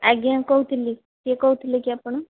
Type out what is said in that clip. ଆଜ୍ଞା କହୁଥିଲି କିଏ କହୁଥିଲେ କି ଆପଣ